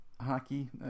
hockey